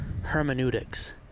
hermeneutics